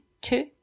two